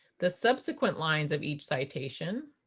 the subsequent lines of each citation